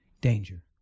danger